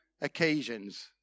occasions